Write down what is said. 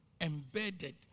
embedded